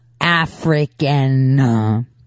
African